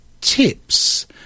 tips